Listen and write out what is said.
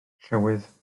llywydd